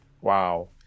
wow